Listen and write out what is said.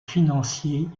financiers